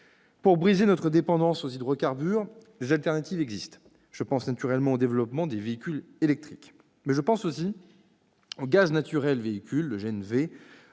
Pour briser notre dépendance aux hydrocarbures, des solutions alternatives existent. Je pense naturellement au développement des véhicules électriques. Mais je pense aussi au gaz naturel pour véhicules, le GNV,